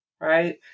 right